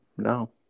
No